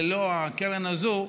ללא הקרן הזאת,